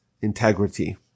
integrity